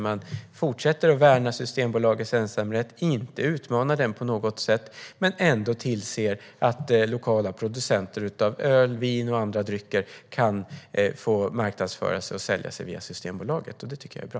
Man fortsätter att värna Systembolagets ensamrätt och utmanar den inte på något sätt men tillser ändå att lokala producenter av öl, vin och andra drycker kan få marknadsföra sig och sälja via Systembolaget. Det tycker jag är bra.